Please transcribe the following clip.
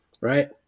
right